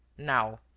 now,